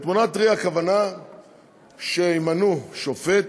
תמונת ראי, הכוונה שימנו שופט,